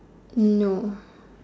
no